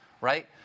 right